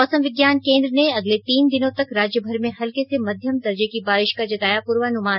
मौसम विज्ञान केन्द्र ने अगले तीन दिनों तक राज्य भर में हल्के से मध्यम दर्जे की बारिश का जताया पूर्वान्मान